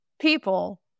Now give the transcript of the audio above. people